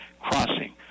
crossing